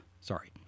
Sorry